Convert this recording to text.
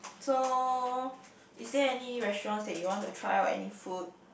so is there any restaurants that you want to try or any food